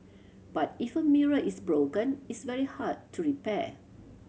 but if a mirror is broken it's very hard to repair